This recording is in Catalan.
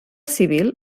civil